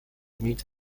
meet